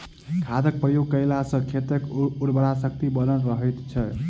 खादक प्रयोग कयला सॅ खेतक उर्वरा शक्ति बनल रहैत छै